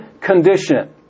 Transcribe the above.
condition